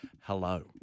hello